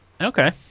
Okay